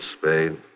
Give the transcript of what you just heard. Spade